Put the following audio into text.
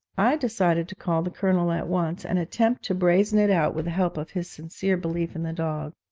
i decided to call the colonel at once, and attempt to brazen it out with the help of his sincere belief in the dog.